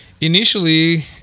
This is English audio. Initially